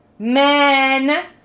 Men